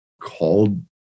called